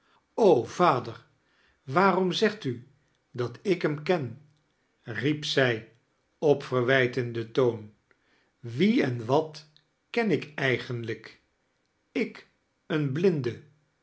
vader waarom zegt u dat ik hem ken riep zij op verwijtendeii toon wie en wat ken ik eigenlijk ik een blinde